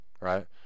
right